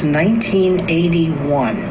1981